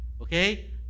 Okay